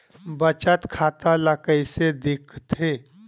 बचत खाता ला कइसे दिखथे?